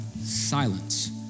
silence